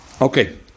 Okay